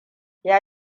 ya